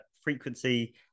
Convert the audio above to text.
frequency